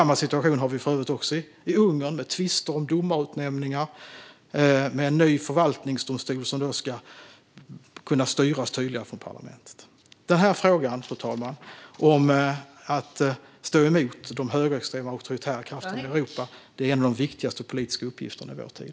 Samma situation har vi för övrigt i Ungern, med tvister om domarutnämningar och med en ny förvaltningsdomstol som ska kunna styras tydligare från parlamentet. Fru talman! Frågan om att stå emot de högerextrema och auktoritära krafterna i Europa är en av de viktigaste politiska uppgifterna i vår tid.